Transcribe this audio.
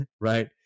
right